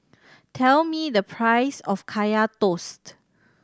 tell me the price of Kaya Toast